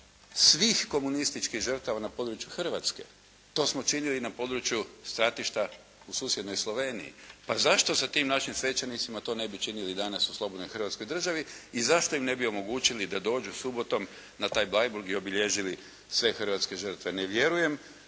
svih komunističkih žrtava na području Hrvatske. To smo činili na području stratišta u susjednoj Sloveniji. Pa zašto sa tim našim svećenicima to ne bi činili danas u slobodnoj Hrvatskoj državi i zašto im ne bi omogućili d dođu subotom na taj Bleiburg i obilježili sve hrvatske žrtve. Ne vjerujem